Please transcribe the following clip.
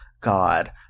God